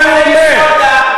כמה הוא התחנן לגולדה.